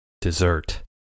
Dessert